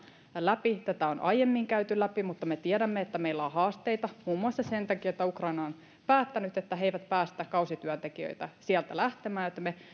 läpi tätä on aiemmin käyty läpi mutta me tiedämme että meillä on haasteita muun muassa sen takia että ukraina on päättänyt että he eivät päästä kausityöntekijöitä sieltä lähtemään joten me